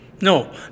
no